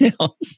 else